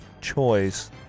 choice